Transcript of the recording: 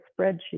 spreadsheet